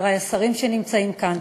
חברי השרים שנמצאים כאן,